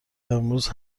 امروز